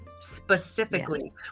Specifically